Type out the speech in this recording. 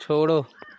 छोड़ो